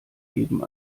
eben